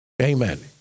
Amen